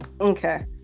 okay